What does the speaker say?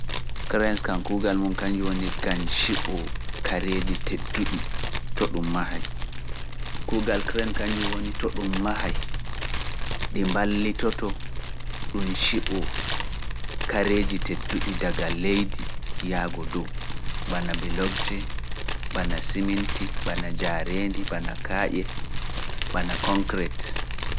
Kiren kam kuugal mun kanjum woni gañ ciɓo kareeji tedduɗi to ɗum mahaay. kuugal kren kañum woni to ɗum mahaay ɗi mballitoto ɗum ciɓo kareeji tedduɗi daga leydi yaago dow, bana bilogje, bana siminti, bana jaareendi, bana kaaƴe, bana konkret.